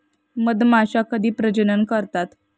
मधमाश्या कधी प्रजनन करतात?